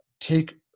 take